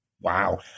Wow